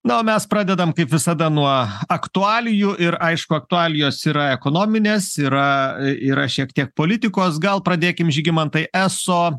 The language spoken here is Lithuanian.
na o mes pradedam kaip visada nuo aktualijų ir aišku aktualijos yra ekonominės yra yra šiek tiek politikos gal pradėkim žygimantai eso